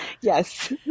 Yes